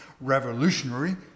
revolutionary